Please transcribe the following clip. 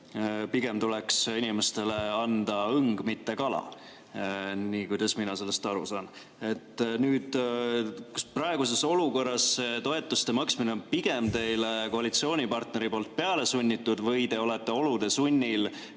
Pigem tuleks inimestele anda õng, mitte kala, [see on] nii, kuidas mina sellest aru saan. Kas praeguses olukorras toetuste maksmine on teile pigem koalitsioonipartneri poolt peale sunnitud või te olete olude sunnil